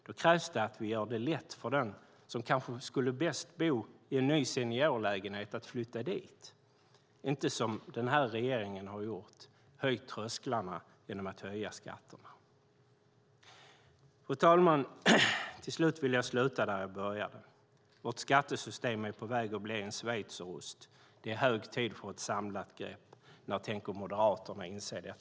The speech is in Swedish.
Då krävs det att vi gör det lätt för dem som kanske skulle bo bäst i en ny seniorlägenhet att flytta dit och inte, som den här regeringen har gjort, höja trösklarna genom att höja skatterna. Fru talman! Till slut vill jag sluta där jag började. Vårt skattesystem är på väg att bli en schweizerost. Det är hög tid för ett samlat grepp. När tänker Moderaterna inse detta?